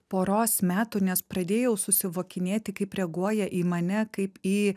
poros metų nes pradėjau susivokinėti kaip reaguoja į mane kaip į